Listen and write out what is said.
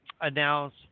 announce